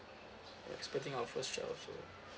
we're expecting our first child so